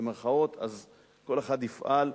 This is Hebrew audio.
אז כל אחד יפעל.